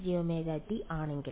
വിദ്യാർത്ഥി H0